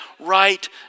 right